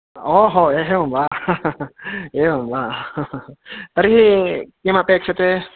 ओहो एवं वा एवं वा तर्हि किमपेक्षते